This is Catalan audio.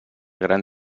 gran